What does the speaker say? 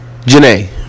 Janae